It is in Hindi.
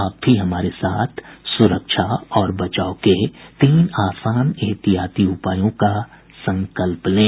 आप भी हमारे साथ सुरक्षा और बचाव के तीन आसान एहतियाती उपायों का संकल्प लें